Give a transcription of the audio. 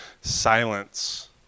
silence